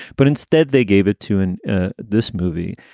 but instead, they gave it to and this movie.